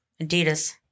Adidas